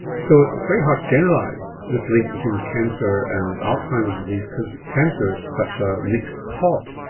so it's very hard to generalise this link between cancer and alzheimer's disease because cancer is such a mixed pot.